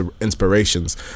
inspirations